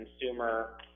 consumer